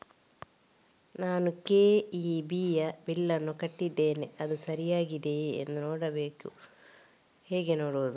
ನಾನು ಕೆ.ಇ.ಬಿ ಯ ಬಿಲ್ಲನ್ನು ಕಟ್ಟಿದ್ದೇನೆ, ಅದು ಸರಿಯಾಗಿದೆಯಾ ಎಂದು ನೋಡಬೇಕು ಹೇಗೆ ನೋಡುವುದು?